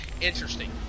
interesting